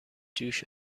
جوش